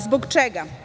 Zbog čega?